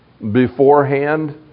beforehand